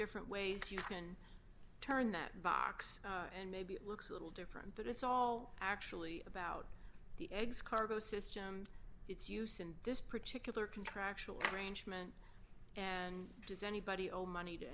different ways you can turn that box and maybe it looks a little different but it's all actually about the eggs cargo system it's use in this particular contractual arrangement and does anybody own money to